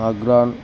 Agra